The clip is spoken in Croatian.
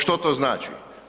Što to znači?